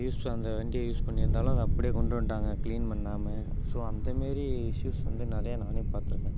use அந்த வண்டியை use பண்ணி இருந்தாலும் அதை அப்டே கொண்டு வந்துட்டாங்க க்ளீன் பண்ணாமல் ஸோ அந்த மாரி இஷ்யூஸ் வந்து நிறைய நானே பார்த்துருக்கேன்